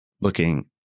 looking